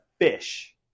fish